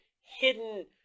hidden